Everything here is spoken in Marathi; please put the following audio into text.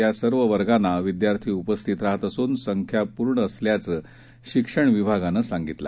त्यासर्ववर्गानाविद्यार्थीउपस्थितराहतअसूनसंख्यापूर्णअसल्याचंशिक्षणविभागानंसांगितलं